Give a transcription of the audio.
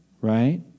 Right